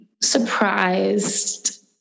surprised